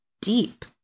deep